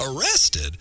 Arrested